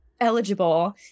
eligible